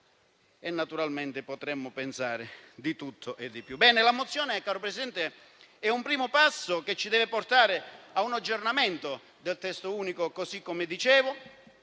Naturalmente, potremmo pensare di tutto e di più.